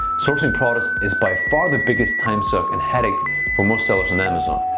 sourcing products is by far the biggest time suck and headache for most sellers on amazon.